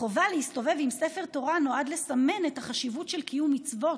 החובה להסתובב עם ספר תורה נועדה לסמן את החשיבות של קיום מצוות,